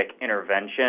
intervention